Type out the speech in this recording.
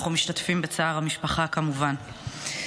אנחנו משתתפים בצער המשפחה, כמובן.